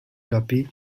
guppy